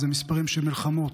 אלה מספרים של מלחמות,